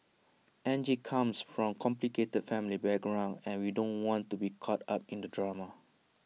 Angie comes from A complicated family background and we don't want to be caught up in the drama